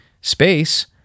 space